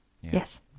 yes